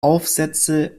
aufsätze